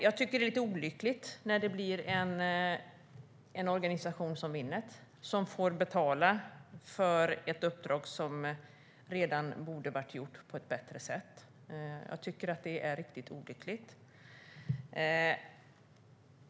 Jag tycker att det är riktigt olyckligt när en organisation som Winnet får betala för ett uppdrag som redan borde ha varit gjort och på ett bättre sätt.